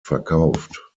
verkauft